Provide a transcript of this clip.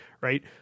right